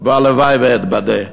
והלוואי שאתבדה.